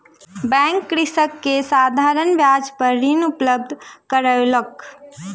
bank कृषक के साधारण ब्याज पर ऋण उपलब्ध करौलक